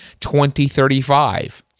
2035